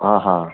હા હા